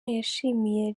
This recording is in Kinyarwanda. yashimiye